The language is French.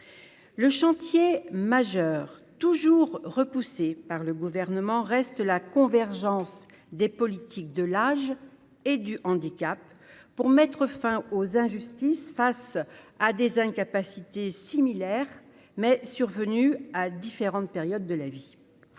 le chantier majeur toujours repoussé par le gouvernement reste la convergence des politiques de l'âge et du handicap pour mettre fin aux injustices, face à des incapacités similaire mais survenue à différentes périodes de la vie,